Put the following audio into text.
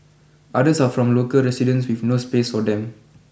others are from local residents with no space for them